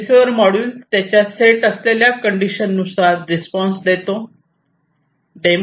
receiver module त्याच्या set असलेल्या condition नुसार रिस्पॉन्स देतो